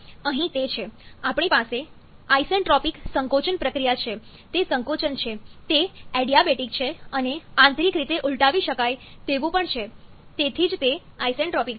અહીં તે છે આપણી પાસે આઇસેન્ટ્રોપિક સંકોચનપ્રક્રિયા છે તે સંકોચનછે તે એડીયાબેટિક છે અને આંતરિક રીતે ઉલટાવી શકાય તેવું પણ છે તેથી જ તે આઇસેન્ટ્રોપિક છે